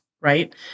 right